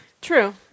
True